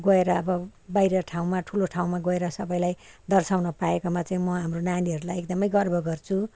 गएर अब बाहिर ठाउँमा ठुलो ठाउँमा गएर सबैलाई दर्शाउन पाएकोमा चाहिँ म हाम्रो नानीहरूलाई एकदमै गर्व गर्छु